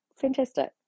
fantastic